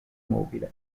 mobile